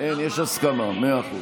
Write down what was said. יש הסכמה, מאה אחוז,